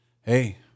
Hey